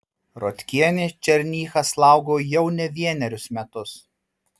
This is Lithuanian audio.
rotkienė černychą slaugo jau ne vienerius metus